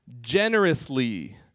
generously